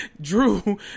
drew